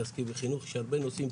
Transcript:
תתעסקי בחינוך, יש הרבה נושאים.